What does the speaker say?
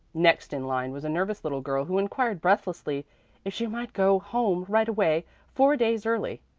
next in line was a nervous little girl who inquired breathlessly if she might go home right away four days early.